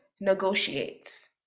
Negotiates